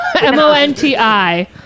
M-O-N-T-I